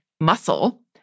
muscle